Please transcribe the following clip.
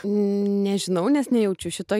nežinau nes nejaučiu šito